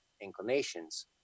inclinations